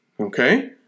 Okay